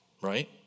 right